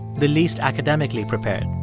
the least academically prepared.